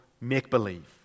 make-believe